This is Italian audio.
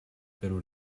pelo